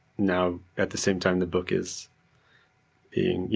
now at the same time, the book is being, yeah